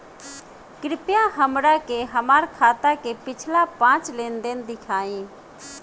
कृपया हमरा के हमार खाता के पिछला पांच लेनदेन देखाईं